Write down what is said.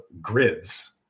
grids